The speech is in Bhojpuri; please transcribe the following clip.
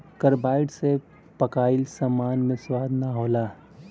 कार्बाइड से पकाइल सामान मे स्वाद ना होला